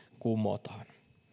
kumotaan